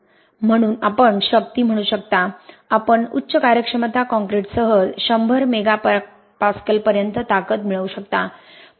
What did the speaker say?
म्हणून आपण शक्ती म्हणू शकता आपण उच्च कार्यक्षमता कंक्रीटसह 100 मेगा पर्यंत ताकद मिळवू शकता